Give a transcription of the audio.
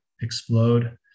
explode